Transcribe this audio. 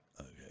okay